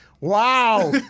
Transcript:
Wow